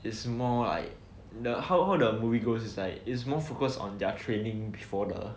is more like the how how the movie goes is like is more focused on their training before the